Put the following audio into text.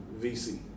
VC